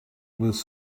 was